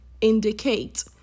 indicate